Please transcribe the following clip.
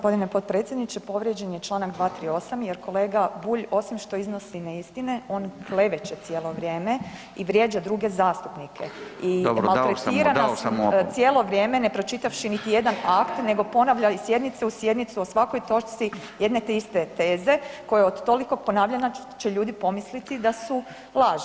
Poštovani g. potpredsjedniče, povrijeđen je čl. 238. jer kolega Bulj osim što iznosi neistine, on kleveće cijelo vrijeme i vrijeđa druge zastupnike i maltretira nas [[Upadica Radin: Dobro, dao sam mu opomenu.]] cijelo vrijeme ne pročitavši niti jedan akt nego ponavlja iz sjednice u sjednicu o svakoj točci jedne te iste teze koje od tolikog ponavljanja će ljudi pomisliti da su laž.